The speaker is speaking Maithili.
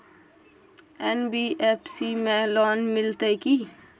एन.बी.एफ.सी में लोन मिलते की?